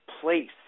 place